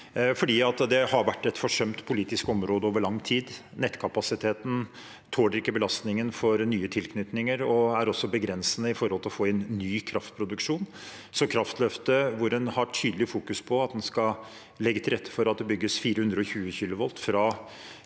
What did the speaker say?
Det har vært et forsømt politisk område over lang tid. Nettkapasiteten tåler ikke belastningen for nye tilknytninger og er også begrensende når det gjelder å få inn ny kraftproduksjon. Kraftløftet – hvor en har et tydelig fokus på at en skal legge til rette for at det bygges 420 kV